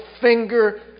finger